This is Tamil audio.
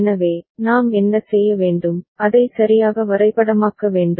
எனவே நாம் என்ன செய்ய வேண்டும் அதை சரியாக வரைபடமாக்க வேண்டும்